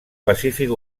pacífic